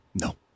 No